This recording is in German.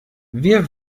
wir